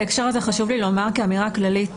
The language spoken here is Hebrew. בהקשר הזה חשוב לי לומר כאמירה כללית